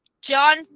John